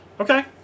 Okay